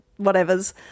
whatevers